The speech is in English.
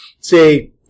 say